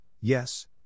yes